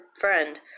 friend